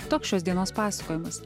toks šios dienos pasakojimas